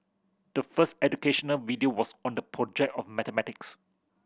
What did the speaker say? the first educational video was on the project of mathematics